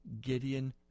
Gideon